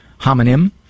homonym